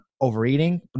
overeating